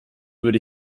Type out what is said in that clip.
würde